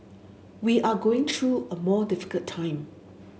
we are going through a more difficult time